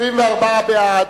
מי בעד?